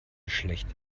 schlecht